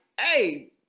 hey